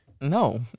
No